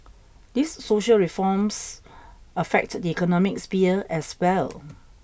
these social reforms affect the economic sphere as well